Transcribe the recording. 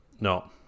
No